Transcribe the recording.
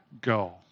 go